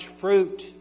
fruit